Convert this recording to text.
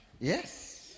yes